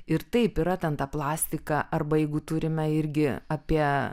ir taip yra ten ta plastika arba jeigu turime irgi apie